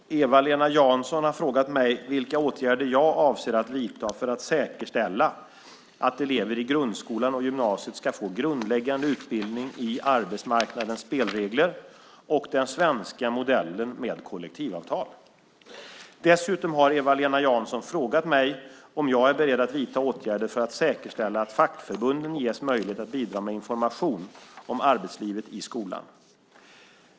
Herr talman! Eva-Lena Jansson har frågat mig vilka åtgärder jag avser att vidta för att säkerställa att elever i grundskolan och gymnasiet ska få grundläggande utbildning i arbetsmarknadens spelregler och den svenska modellen med kollektivavtal. Dessutom har Eva-Lena Jansson frågat mig om jag är beredd att vidta åtgärder för att säkerställa att fackförbunden ges möjlighet att bidra med information om arbetslivet i skolan.